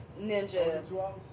ninja